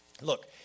Look